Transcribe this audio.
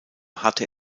hatte